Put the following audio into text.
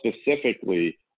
specifically